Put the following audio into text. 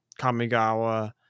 Kamigawa